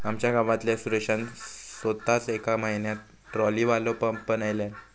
आमच्या गावातल्या सुरेशान सोताच येका म्हयन्यात ट्रॉलीवालो पंप बनयल्यान